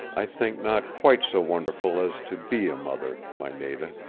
i think, not quite so wonderful as to be a mother, my nada.